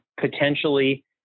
potentially